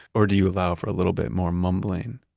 or do you allow for a little bit more mumbling?